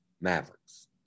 Mavericks